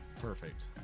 Perfect